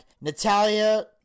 Natalia